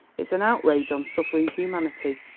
it's an outrage on suffering humanity.